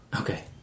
Okay